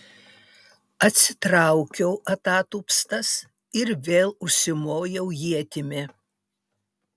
atsitraukiau atatupstas ir vėl užsimojau ietimi